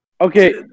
Okay